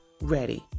ready